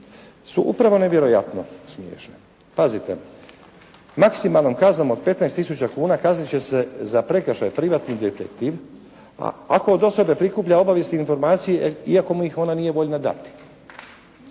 su upravo nevjerojatno smiješne. Pazite: «Maksimalnom kaznom od 15 tisuća kuna kaznit će se za prekršaj privatni detektiv ako je do sada prikupljao obavijesti i informacije iako mu ih ona nije voljna dati.»